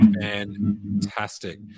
fantastic